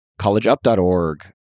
collegeup.org